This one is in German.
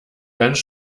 ganz